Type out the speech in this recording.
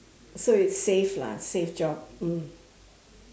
so it's safe lah safe job mm